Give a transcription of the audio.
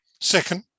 Second